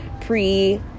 pre-